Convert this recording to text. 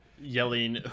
yelling